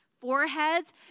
foreheads